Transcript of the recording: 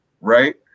Right